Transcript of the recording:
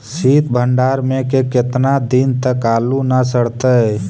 सित भंडार में के केतना दिन तक आलू न सड़तै?